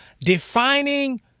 defining